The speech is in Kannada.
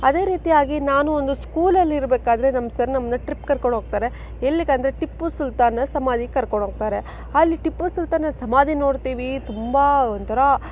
ಅದೇ ರೀತಿಯಾಗಿ ನಾನು ಒಂದು ಸ್ಕೂಲಲ್ಲಿ ಇರಬೇಕಾದ್ರೆ ನಮ್ಮ ಸರ್ ನಮ್ಮನ್ನ ಟ್ರಿಪ್ ಕರ್ಕೊಂಡು ಹೋಗ್ತಾರೆ ಎಲ್ಲಿಗಂದರೆ ಟಿಪ್ಪು ಸುಲ್ತಾನ್ನ ಸಮಾಧಿಗೆ ಕರ್ಕೊಂಡು ಹೋಗ್ತಾರೆ ಅಲ್ಲಿ ಟಿಪ್ಪು ಸುಲ್ತಾನ್ನ ಸಮಾಧಿ ನೋಡ್ತೀವಿ ತುಂಬ ಒಂಥರ